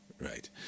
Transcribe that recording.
Right